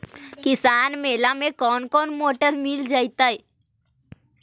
किसान मेला में कोन कोन मोटर मिल जैतै?